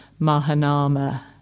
Mahanama